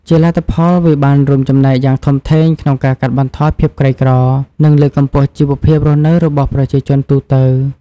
ជាលទ្ធផល វាបានរួមចំណែកយ៉ាងធំធេងក្នុងការកាត់បន្ថយភាពក្រីក្រ និងលើកកម្ពស់ជីវភាពរស់នៅរបស់ប្រជាជនទូទៅ។